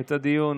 את הדיון